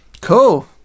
cool